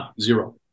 zero